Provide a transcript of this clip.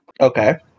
Okay